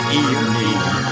evening